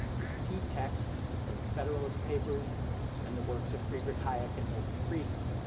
its key texts are the federalist papers and the works of friedrich hayek and milton friedman.